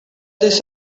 this